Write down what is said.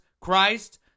Christ